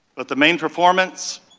but the main performance,